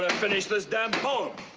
finish this damn poem.